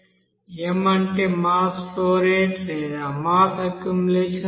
m అంటే mass flow rate లేదా mass accumulation rate